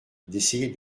d’essayer